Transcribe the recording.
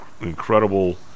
incredible